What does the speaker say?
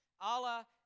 Allah